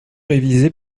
réviser